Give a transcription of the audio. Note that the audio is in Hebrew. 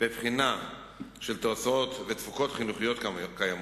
ובחינה של תוצאות ותפוקות חינוכיות קיימות.